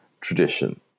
tradition